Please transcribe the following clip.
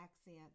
accent